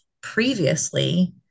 previously